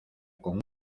con